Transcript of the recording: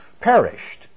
perished